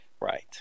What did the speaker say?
Right